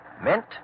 meant